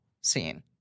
scene